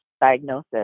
diagnosis